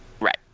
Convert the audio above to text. Right